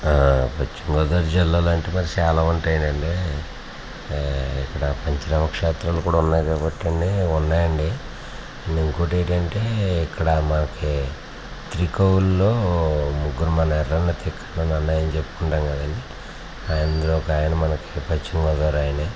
పశ్చిమగోదావరి జిల్లాలు అంటే మరి చాలా ఉంటాయనండి ఇక్కడ పంచనామక్షేత్రాలు కూడా ఉన్నాయి కాబట్టండి ఉన్నాయండి అండ్ ఇంకోటి ఏంటంటే ఇక్కడ మనకు త్రికోల్ లో ముగ్గురు మన ఎర్రన్న తిక్కన్న నన్నయ అని చెప్పుకుంటాం కదండి అందులో ఒక ఆయన మనకు పశ్చిమగోదావరి ఆయన